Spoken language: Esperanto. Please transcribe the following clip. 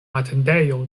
atendejo